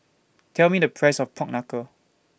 Tell Me The Price of Pork Knuckle